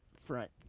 front